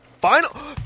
Final